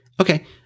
Okay